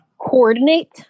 Coordinate